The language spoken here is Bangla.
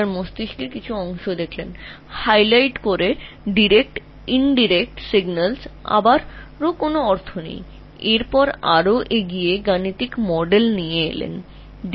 মস্তিষ্কের কিছু অঞ্চলের প্রত্যক্ষ পরোক্ষ সংকেতগুলি হাইলাইট করে দেখ যার কোনও অর্থ নেই তারপরে তুমি আরও গভীরে যাও এবং গাণিতিক মডেলগুলি দেখ